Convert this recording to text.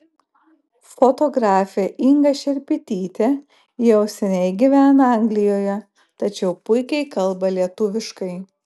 fotografė inga šerpytytė jau seniai gyvena anglijoje tačiau puikiai kalba lietuviškai